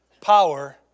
power